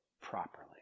properly